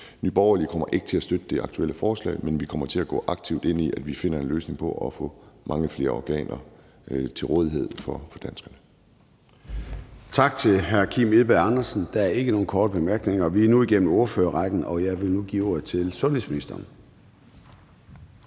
Nye Borgerlige kommer ikke til at støtte det aktuelle forslag, men vi kommer til at gå aktivt ind i, at vi finder en løsning på at få mange flere organer til rådighed for danskerne.